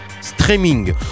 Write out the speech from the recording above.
streaming